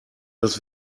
das